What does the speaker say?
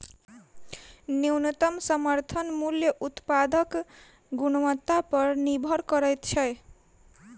न्यूनतम समर्थन मूल्य उत्पादक गुणवत्ता पर निभर करैत छै